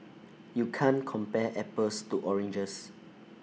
you can't compare apples to oranges